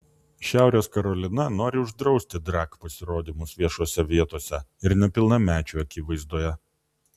šiaurės karolina nori uždrausti drag pasirodymus viešose vietose ir nepilnamečių akivaizdoje